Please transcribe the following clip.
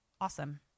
awesome